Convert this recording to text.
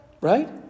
Right